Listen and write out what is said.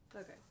Okay